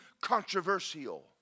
controversial